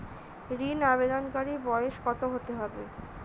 ঋন আবেদনকারী বয়স কত হতে হবে?